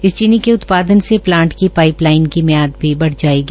इस चीनी के उत्पादन से प्लांट की पाइप लाइन की मियाद भी बढ़ जायेगी